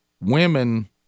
Women